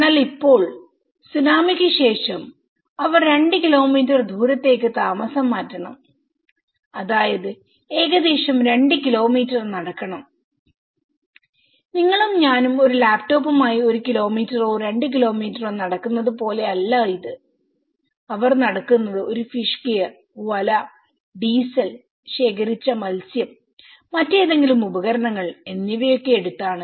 എന്നാൽ ഇപ്പോൾ സുനാമിക്ക് ശേഷം അവർ രണ്ട് കിലോമീറ്റർ ദൂരത്തേക്ക് താമസം മാറ്റണംഅതായത് ഏകദേശം 2 കിലോമീറ്റർ നടക്കണം നിങ്ങളും ഞാനും ഒരു ലാപ്ടോപ്പുമായി ഒരു കിലോമീറ്ററോ രണ്ട് കിലോമീറ്ററോ നടക്കുന്നത് പോലെ അല്ല ഇത് അവർ നടക്കുന്നത് ഒരു ഫിഷ് ഗിയർ വല ഡീസൽ ശേഖരിച്ച മത്സ്യം മറ്റേതെങ്കിലും ഉപകരണങ്ങൾ എന്നിവയൊക്കെ എടുത്താണ്